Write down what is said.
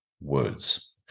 words